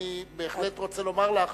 אני בהחלט רוצה לומר לך